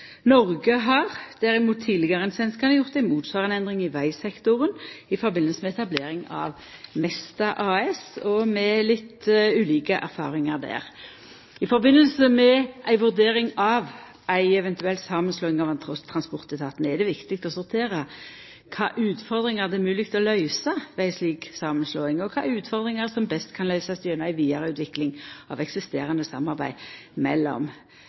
Noreg har derimot, tidlegare enn svenskane, gjort ei motsvarande endring i vegsektoren i samband med etableringa av Mesta AS – med litt ulike erfaringar der. I samband med ei vurdering av ei eventuell samanslåing av transportetatane er det viktig å sortera kva utfordringar det er mogleg å løysa ved ei slik samanslåing, og kva for utfordringar som best kan løysast gjennom ei vidareutvikling av eksisterande samarbeid mellom